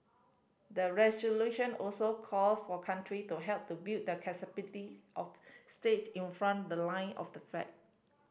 the resolution also call for country to help to build the capacity of state in front the line of the fan